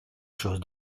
chose